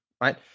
right